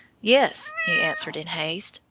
yes, he answered in haste,